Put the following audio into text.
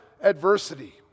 adversity